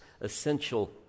essential